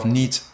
niet